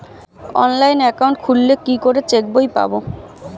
Online account খুললে কি করে চেক বই পাব?